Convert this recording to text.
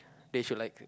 they should like